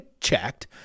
checked